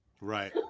right